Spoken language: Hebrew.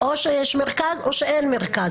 או שיש מרכז או שאין מרכז.